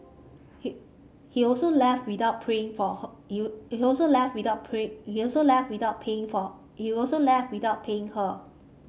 he he also left without playing for her you he also left without play he also left without paying for he also left without paying her